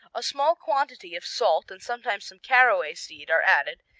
a small quantity of salt and sometimes some caraway seed are added,